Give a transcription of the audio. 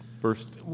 First